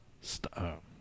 Stop